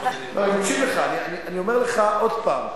אני אומר לך עוד פעם: